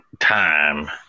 time